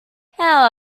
how